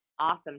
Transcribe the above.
awesome